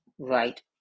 right